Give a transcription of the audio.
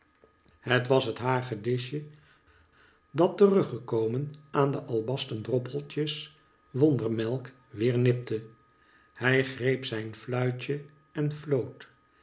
het was het hagedisje dat teruggekomen aan de albasten droppeltjes wondermelk weer nipte hij greep zijn fluitje en floot